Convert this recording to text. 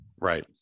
right